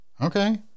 Okay